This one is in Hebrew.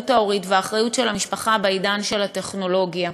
ההורית והאחריות של המשפחה בעידן הטכנולוגיה.